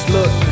Look